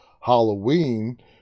Halloween